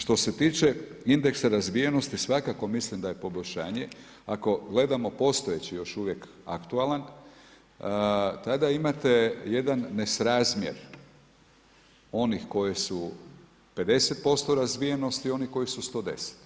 Što se tiče indeksa razvijenosti svakako mislim da je poboljšanje ako gledamo postojeći još uvijek aktualan, tada imate jedan nesrazmjer onih koji su 50% razvijenosti i onih koji su 110.